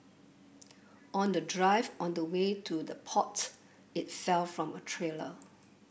on the drive on the way to the port it fell from a trailer